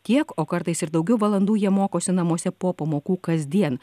tiek o kartais ir daugiau valandų jie mokosi namuose po pamokų kasdien